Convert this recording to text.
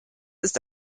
ist